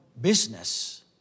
Business